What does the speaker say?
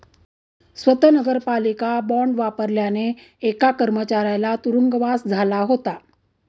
स्वत नगरपालिका बॉंड वापरल्याने एका कर्मचाऱ्याला तुरुंगवास झाला होता